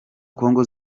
congo